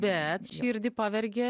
bet širdį pavergė